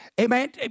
Amen